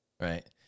right